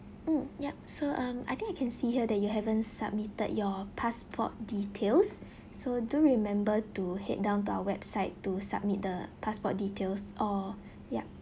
mm yup so um I think I can see here that you haven't submitted your passport details so do remember to head down to our website to submit the passport details or yup